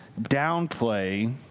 downplay